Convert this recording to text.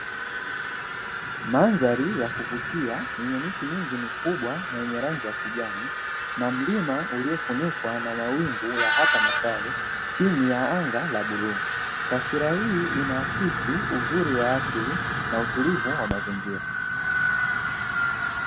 Mandhari ya kuvutia yenye miti mingi mikubwa, yenye rangi ya kijani na mlima uliofunikwa na mawingu ya hapa na pale, chini ya anga la bluu. Taswira hii inaakisi uzuri wa asili na utulivu wa mazingira.